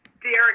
Derek